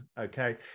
Okay